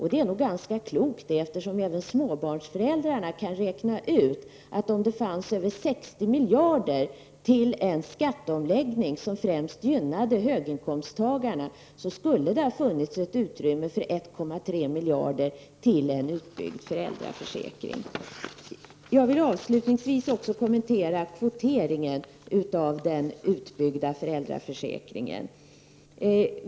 Det är nog ganska klokt, eftersom även småbarnsföräldrar kan räkna ut att om det fanns över 60 miljarder kronor till en skatteomläggning som främst gynnade höginkomsttagarna skulle det ha funnits utrymme för 1,3 miljarder kronor till en utbyggd föräldraförsäkring. Jag vill avslutningsvis också kommentera kvoteringen av den utbyggda föräldraförsäkringen.